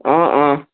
অঁ অঁ